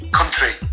country